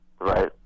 Right